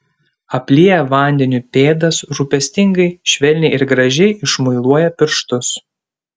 aplieja vandeniu pėdas rūpestingai švelniai ir gražiai išmuiluoja pirštus